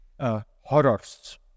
horrors